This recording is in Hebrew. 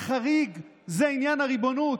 החריג הוא עניין הריבונות,